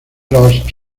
los